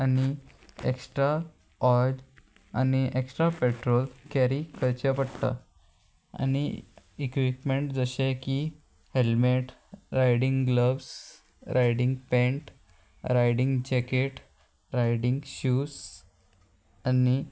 आनी एक्स्ट्रा ऑय आनी एक्स्ट्रा पेट्रोल कॅरी करचे पडटा आनी इक्विपमेंट जशें की helmet riding gloves riding pant riding jacket riding shoes आनी